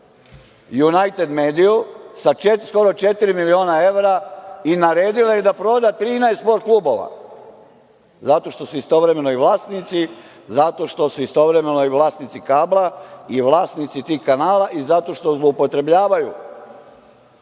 „Junajted mediju“ sa skoro četiri miliona evra i naredila im da proda 13 „Sport klubova“ zato što su istovremeno i vlasnici, zato što su istovremeno i vlasnici kabla i vlasnici tih kanala i zato što zloupotrebljavaju